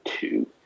two